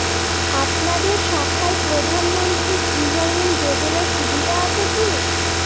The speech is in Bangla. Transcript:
আপনাদের শাখায় প্রধানমন্ত্রী গৃহ ঋণ যোজনার সুবিধা আছে কি?